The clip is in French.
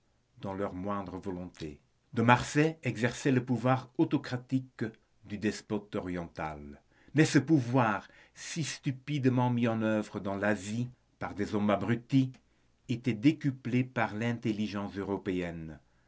dans leurs moindres volontés de marsay exerçait le pouvoir autocratique du despote oriental mais ce pouvoir si stupidement mis en œuvre dans l'asie par des hommes abrutis était décuplé par l'intelligence européenne